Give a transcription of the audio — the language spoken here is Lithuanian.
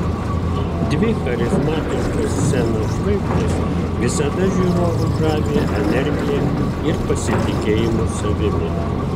dvi charizmatiškos scenos žvaigždės visada žiūrovus žavi energija ir pasitikėjimu savimi